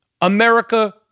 America